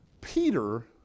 Peter